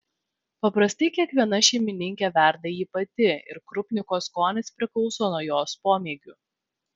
paprastai kiekviena šeimininkė verda jį pati ir krupniko skonis priklauso nuo jos pomėgių